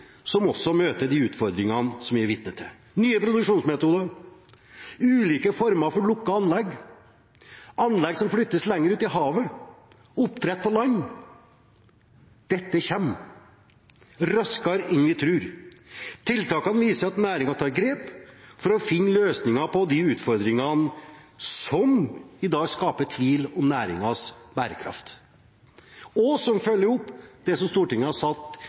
som også møter de utfordringene vi er vitne til. Nye produksjonsmetoder, ulike former for lukkede anlegg, anlegg som flyttes lenger ut i havet, og oppdrett på land kommer raskere enn vi tror. Tiltakene viser at næringen tar grep for å finne løsninger på de utfordringene som i dag skaper tvil om næringens bærekraft, og som følger opp det som Stortinget har